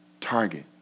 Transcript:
target